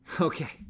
okay